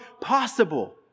possible